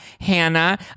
Hannah